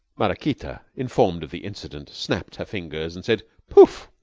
maraquita, informed of the incident, snapped her fingers, and said poof!